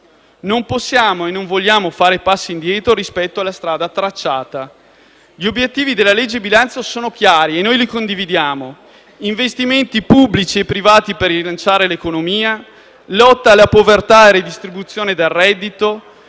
Non possiamo e non vogliamo fare passi indietro rispetto alla strada tracciata. Gli obiettivi della legge bilancio sono chiari e li condividiamo: investimenti pubblici e privati per rilanciare l'economia; lotta alla povertà e redistribuzione del reddito;